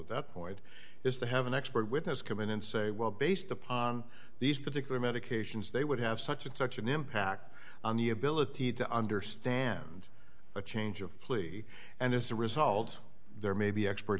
at that point is to have an expert witness come in and say well based upon these particular medications they would have such and such an impact on the ability to understand a change of plea and as a result there may be expert